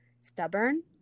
stubborn